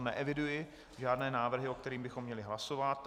Neeviduji žádné návrhy, o kterých bychom měli hlasovat.